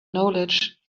knowledge